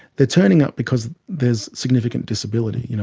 they're turning up because there's significant disability. you know